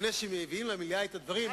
לפני שמביאים למליאה את הדברים,